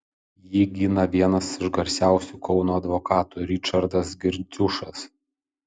jį gina vienas iš garsiausių kauno advokatų ričardas girdziušas